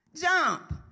Jump